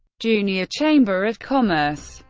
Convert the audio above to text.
junior chamber of commerce.